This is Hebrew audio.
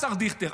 השר דיכטר.